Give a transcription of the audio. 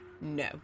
No